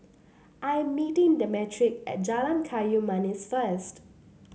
I am meeting Demetric at Jalan Kayu Manis first